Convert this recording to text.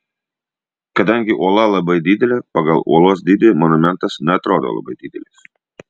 kadangi uola labai didelė pagal uolos dydį monumentas neatrodo labai didelis